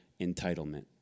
entitlement